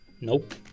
Nope